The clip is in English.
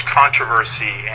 controversy